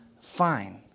fine